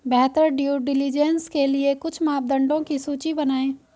बेहतर due diligence के लिए कुछ मापदंडों की सूची बनाएं?